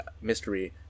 mystery